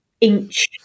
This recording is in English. inch